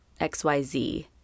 xyz